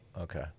Okay